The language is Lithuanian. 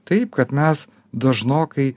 taip kad mes dažnokai